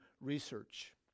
research